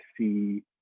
see